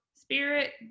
Spirit